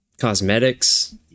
cosmetics